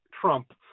Trump